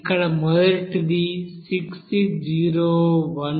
ఇక్కడ మొదటిది 66012